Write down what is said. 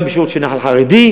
גם בשירות של נח"ל חרדי,